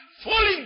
falling